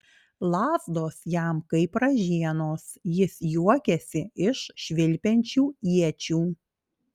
lazdos jam kaip ražienos jis juokiasi iš švilpiančių iečių